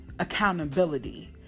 Accountability